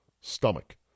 stomach